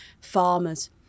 farmers